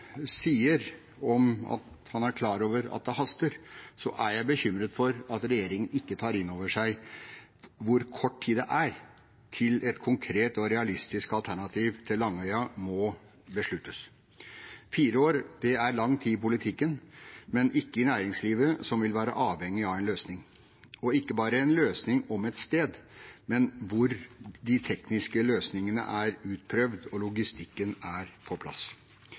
sier om at han er klar over at det haster, er jeg bekymret for at regjeringen ikke tar inn over seg hvor kort tid det er til et konkret og realistisk alternativ til Langøya må besluttes. Fire år er lang tid i politikken, men ikke i næringslivet som vil være avhengig av en løsning – og ikke bare en løsning om et sted, men en hvor de tekniske løsningene er utprøvd og logistikken er på plass.